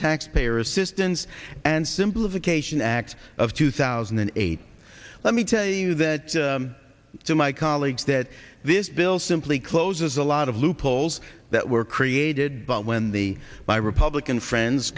taxpayer assistance and simplification act of two thousand and eight let me tell you that to my colleagues that this bill simply closes a lot of loopholes that were created by when the my republican friends